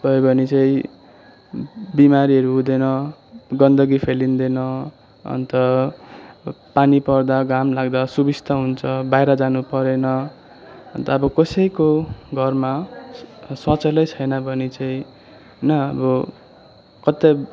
भयो भने चाहिँ बिमारीहरू हुँदैन गन्दगी फैँलिदैन अन्त पानी पर्दा घाम लाग्दा सुविस्ता हुन्छ बाहिर जानु परेन अन्त अब कसैको घरमा शौचालय छैन भने चाहिँ होइन अब कतै